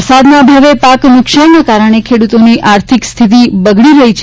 વરસાદના અભાવે પાક નુકશાનના કારણે ખેડૂતોની આર્થિક સ્થિતિ બગડી રહી છે